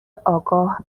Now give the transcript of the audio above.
آگاه